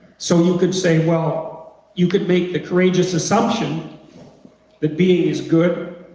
so you could say well you could make the courageous assumption that being is good